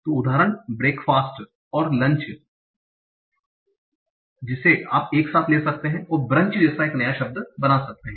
तो उदाहरण breakfast breakfast नाश्ता और लंच lunch दोपहर है जिसे आप एक साथ ले जा सकते हैं और ब्रंच जैसा एक नया शब्द बना सकते हैं